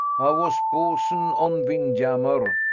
ay vas bo'sun on vindjammer.